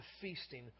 feasting